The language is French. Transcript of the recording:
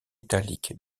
italique